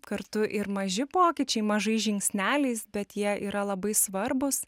kartu ir maži pokyčiai mažais žingsneliais bet jie yra labai svarbūs